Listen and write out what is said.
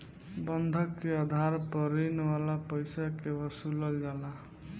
बंधक के आधार पर ऋण वाला पईसा के वसूलल जाला